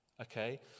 okay